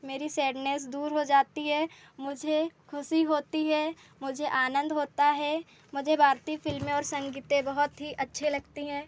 मेरी सैडनेस दूर हो जाती है मुझे ख़ुशी होती है मुझे आनंद होता है मुझे भारतीय फ़िल्में और संगीत बहुत ही अच्छे लगती हैं